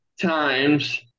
times